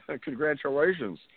congratulations